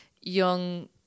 young